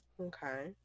Okay